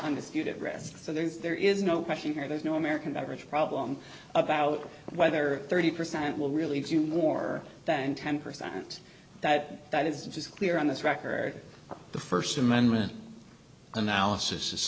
undisputed rest so there is there is no question here there's no american beverage problem about whether thirty percent will really do more than ten percent that that is just clear on this record the st amendment analysis